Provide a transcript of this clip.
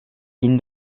bin